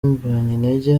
mbonyintege